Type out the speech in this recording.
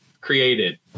created